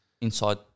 inside